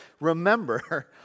remember